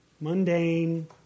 mundane